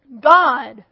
God